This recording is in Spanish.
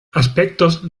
aspectos